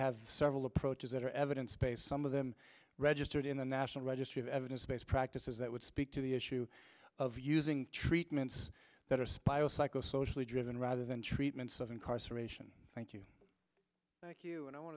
have several approaches that are evidence based some of them registered in the national registry of evidence based practice is that would speak to the issue of using treatments that are spy or psycho socially driven rather than treatments of incarceration thank you thank you and i want